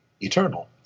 eternal